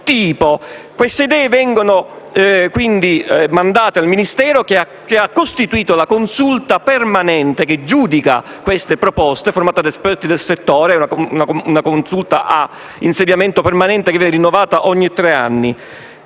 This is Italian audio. queste idee vengono inviate al Ministero, che ha costituito la consulta permanente che giudica le proposte e che è formata da esperti del settore; una consulta a insediamento permanente che viene rinnovata ogni tre anni.